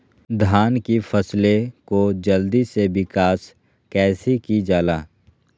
धान की फसलें को जल्दी से विकास कैसी कि जाला?